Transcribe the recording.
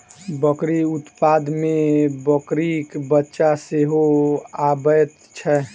बकरी उत्पाद मे बकरीक बच्चा सेहो अबैत छै